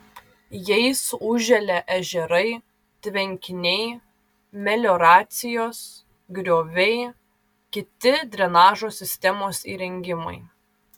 jais užželia ežerai tvenkiniai melioracijos grioviai kiti drenažo sistemos įrengimai